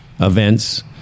events